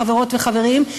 חברות וחברים,